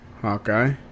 Hawkeye